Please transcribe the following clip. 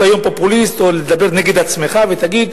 להיות פופוליסט או לדבר נגד עצמך ולהגיד: